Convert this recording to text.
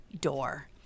door